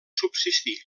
subsistir